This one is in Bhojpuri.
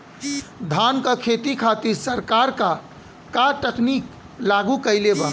धान क खेती खातिर सरकार का का तकनीक लागू कईले बा?